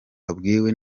abwiwe